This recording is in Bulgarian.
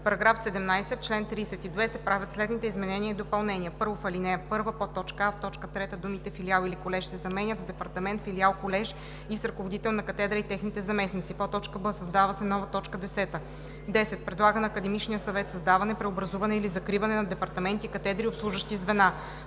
§17: „§ 17. В чл. 32 се правят следните изменения и допълнения: 1. В ал. 1: а) в т. 3 думите „филиал или колеж“ се заменят с „департамент, филиал, колеж и с ръководител на катедра и техните заместници“; б) създава се нова т. 10: „10. предлага на академичния съвет създаване, преобразуване или закриване на департаменти, катедри и обслужващи звена;“